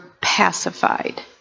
pacified